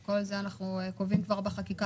את כל זה אנחנו קובעים כבר בחקיקה.